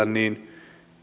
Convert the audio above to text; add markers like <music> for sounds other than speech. <unintelligible> niin